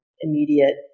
immediate